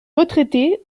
retraités